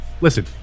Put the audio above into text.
Listen